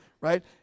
right